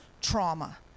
trauma